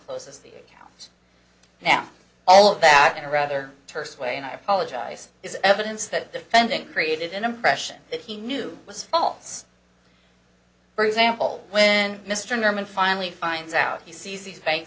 closes the accounts now all of that in a rather terse way and i apologize is evidence that defendant created an impression that he knew was false for example when mr norman finally finds out he sees these